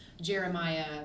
Jeremiah